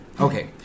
Okay